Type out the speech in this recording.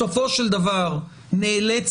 בסופו של דבר נאלצת,